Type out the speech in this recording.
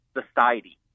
society